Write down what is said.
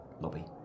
lobby